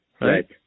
Right